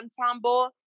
ensemble